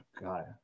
god